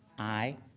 aye.